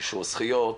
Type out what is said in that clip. אישור זכויות,